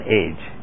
age